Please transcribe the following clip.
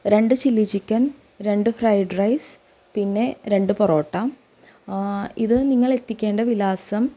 രണ്ട് chilli chicken രണ്ട് fried rice പിന്നെ രണ്ട് പൊറോട്ട ഇത് നിങ്ങൾ എത്തിക്കേണ്ട വിലാസം